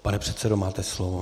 Pane předsedo, máte slovo.